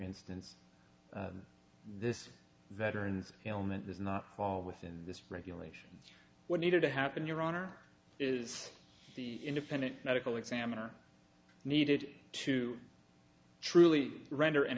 instance this veteran's ailment does not fall within this regulation what needed to happen your honor is the independent medical examiner needed to truly render an